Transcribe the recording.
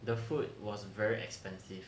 the food was very expensive